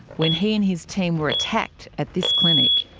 when he and his team were attacked at this clinic.